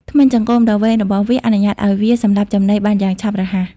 ធ្មេញចង្កូមដ៏វែងរបស់វាអនុញ្ញាតឲ្យវាសម្លាប់ចំណីបានយ៉ាងឆាប់រហ័ស។